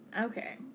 Okay